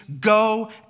go